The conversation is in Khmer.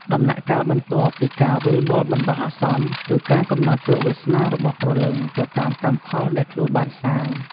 ដំណាក់កាលបន្ទាប់ពីការវិលវល់បណ្ដោះអាសន្ន គឺការកំណត់ជោគវាសនារបស់ព្រលឹងទៅតាមកម្មផលដែលខ្លួនបានសាង។